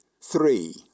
Three